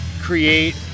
create